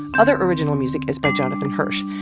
other original music is by jonathan hirsch.